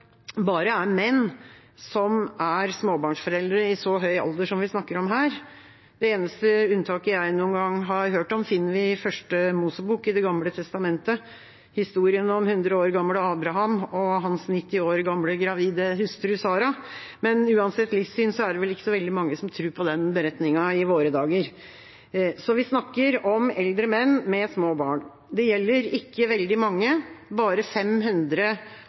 bare er menn som er småbarnsforeldre i så høy alder som vi snakker om her. Det eneste unntaket jeg noen gang har hørt om, finner vi i Første Mosebok i Det gamle testamentet: historien om 100 år gamle Abraham og hans 90 år gamle gravide hustru Sara. Men uansett livssyn er det vel ikke så veldig mange som tror på den beretningen i våre dager. Så vi snakker om eldre menn med små barn. Det gjelder ikke veldig mange, bare